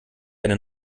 eine